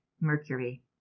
Mercury